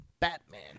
Batman